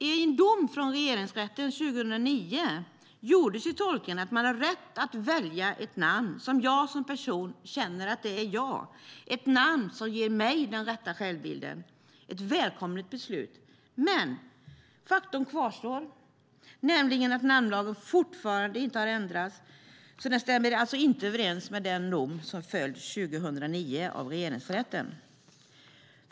I en dom från Regeringsrätten 2009 gjordes tolkningen att man har rätt att välja ett namn som jag som person känner är jag - ett namn som ger mig den rätta självbilden. Det var ett välkommet beslut. Men faktum kvarstår, nämligen att namnlagen fortfarande inte har ändrats. Den stämmer alltså inte överens med den dom från Regeringsrätten som föll 2009.